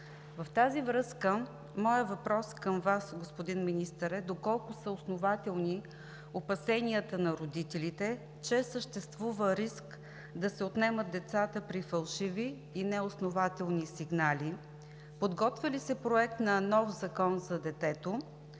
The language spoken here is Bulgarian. В тази връзка моят въпрос към Вас, господин Министър, е: доколко са основателни опасенията на родителите, че съществува риск да се отнемат децата при фалшиви и неоснователни сигнали; подготвя ли се проект на нов закон за детето;